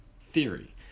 theory